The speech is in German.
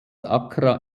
accra